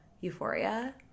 euphoria